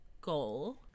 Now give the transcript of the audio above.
goal